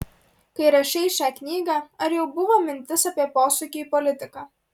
kai rašei šią knygą ar jau buvo mintis apie posūkį į politiką